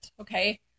okay